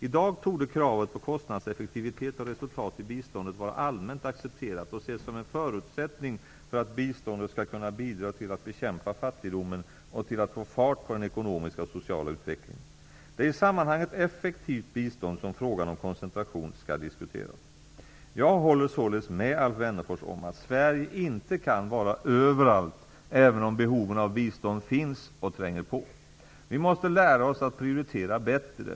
I dag torde kravet på kostnadseffektivitet och resultat i biståndet vara allmänt accepterat och ses som en förutsättning för att biståndet skall kunna bidra till att bekämpa fattigdomen och till att få fart på den ekonomiska och sociala utvecklingen. Det är i sammanhang med effektivt bistånd som frågan om koncentration skall diskuteras. Jag håller således med Alf Wennerfors om att Sverige inte kan vara överallt även om behoven av bistånd finns och tränger på. Vi måste lära oss att prioritera bättre.